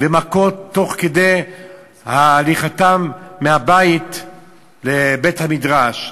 ומכות תוך כדי הליכתם מהבית לבית-המדרש.